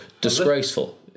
disgraceful